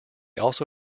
also